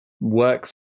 works